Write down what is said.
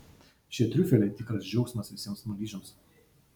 šie triufeliai tikras džiaugsmas visiems smaližiams